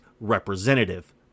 representative